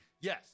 Yes